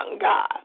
God